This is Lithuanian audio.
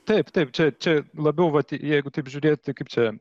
taip taip čia čia labiau vat jeigu taip žiūrėt tai kaip čia